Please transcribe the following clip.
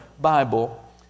Bible